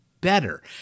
better